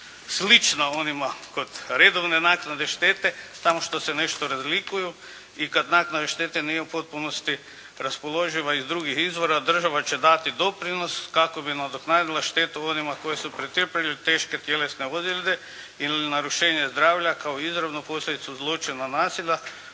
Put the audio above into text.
slična onima kod redovne naknade štete, samo što se nešto razlikuju i kada naknada štete nije u potpunosti raspoloživa iz drugih izvora, država će dati doprinos kako bi nadoknadila štetu onima koji su pretrpjeli teške tjelesne ozljede ili narušenje zdravlja, kao izravnu posljedicu zloće na nasilja